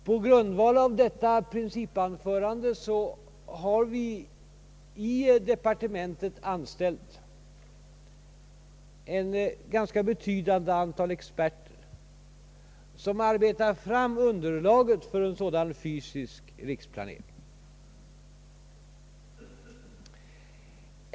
På grundval av detta principanförande har vi i departementet anställt ett ganska betydande antal experter som arbetar fram underlaget för sådan fysisk riksplanering.